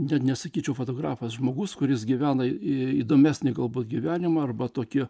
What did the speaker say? net nesakyčiau fotografas žmogus kuris gyvena įdomesnį galbūt gyvenimą arba tokį